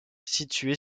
située